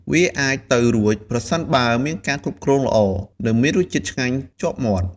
វាអាចទៅរួចប្រសិនបើមានការគ្រប់គ្រងល្អ និងរសជាតិឆ្ងាញ់ជាប់មាត់។